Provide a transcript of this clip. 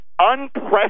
unprecedented